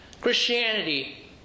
Christianity